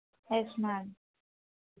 yes ma'am